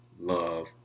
love